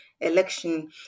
election